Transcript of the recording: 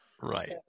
Right